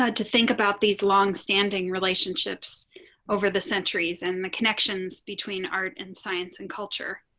ah to think about these long standing relationships over the centuries and the connections between art and science and culture.